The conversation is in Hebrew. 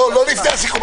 לא, לא לפני הסיכום.